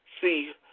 see